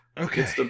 Okay